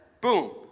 boom